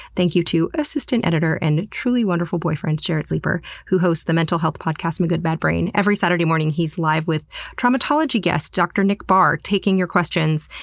thank you to assistant editor and truly wonderful boyfriend, jarrett sleeper, who hosts the mental health podcast my good bad brain. every saturday morning he's live with traumatology guest dr. nick barr taking your questions.